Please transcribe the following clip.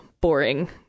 boring